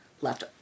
left